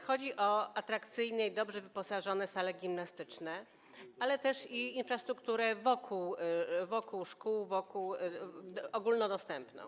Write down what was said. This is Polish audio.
Chodzi o atrakcyjne i dobrze wyposażone sale gimnastyczne, ale też infrastrukturę wokół szkół, ogólnodostępną.